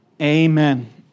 Amen